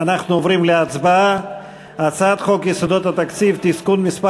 אנחנו עוברים להצבעה על הצעת חוק יסודות התקציב (תיקון מס'